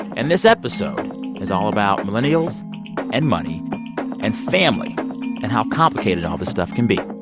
and this episode is all about millennials and money and family and how complicated all this stuff can be.